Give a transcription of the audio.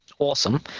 Awesome